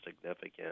significant